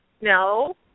No